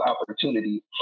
opportunity